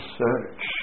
search